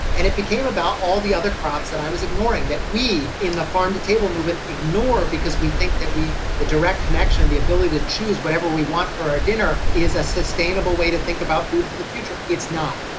and it became about all the other crops that i was ignoring that we in the farm to table movement ignore, because we think that we the direct connection, the ability to choose whatever we want for our dinner is a sustainable way to think about food for the future. it's not.